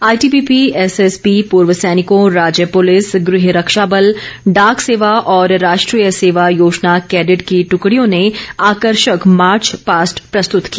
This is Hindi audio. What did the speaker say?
आईटीबीपी एसएसबी पूर्व सैनिकों राज्य पूलिस गृह रक्षाबल डाक सेवा और राष्ट्रीय सेवा योजना केडिट की ट्कड़ियों ने आकर्षक मार्च पास्ट प्रस्तुत किया